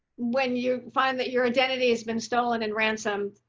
when you find that your identities been stolen and ransom,